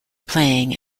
playing